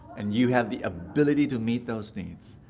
and you have the ability to meet those needs.